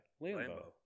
Lambo